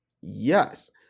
yes